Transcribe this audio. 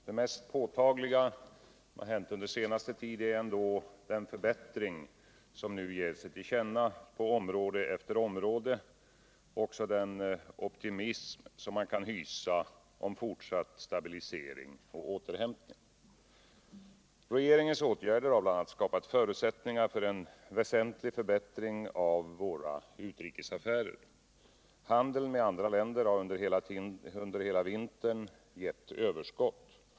Det mest påtagliga som har hänt under senaste tid är ändå den förbättring som nu ger sig till känna på område efter område samt den optimism som man kan Regeringens åtgärder har bl.a. skapat förutsättningar för en väsentlig förbättring av våra utrikesaffärer. Handeln med andra länder har under hela vintern gett överskott.